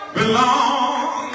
belong